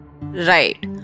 Right